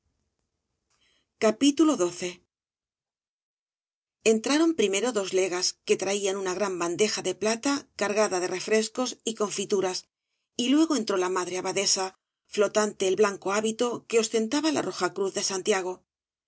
ntraron primero dos legas que traían una gran bandeja de plata cargada de refrescos y confituras y luego entró la madre abadesa flotante el blanco hábito que ostentaba la roja cruz de santiago